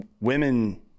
women